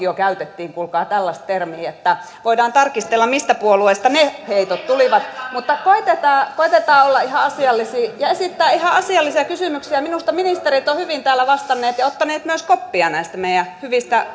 jo käytettiin kuulkaa tällaista termiä että voidaan tarkistella mistä puolueista ne heitot tulivat mutta koetetaan olla ihan asiallisia ja esittää ihan asiallisia kysymyksiä minusta ministerit ovat hyvin täällä vastanneet ja ottaneet myös koppia näistä meidän hyvistä